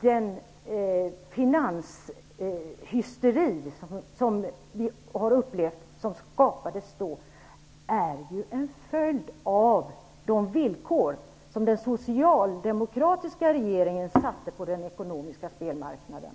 Den finanshysteri som vi har upplevt, vilken skapades på 80-talet, är en följd av de villkor som den socialdemokratiska regeringen satte upp på den ekonomiska spelmarknaden.